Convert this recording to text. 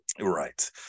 Right